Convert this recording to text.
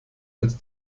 als